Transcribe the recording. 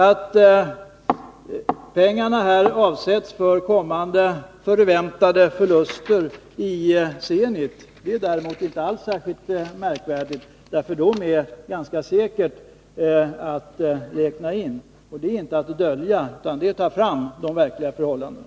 Att pengar avsätts för kommande förväntade förluster i Zenit är däremot inte alls särskilt märkvärdigt, för det är ganska säkert att man måste räkna in dem. Det är inte att dölja, utan det är att ta fram de verkliga förhållandena.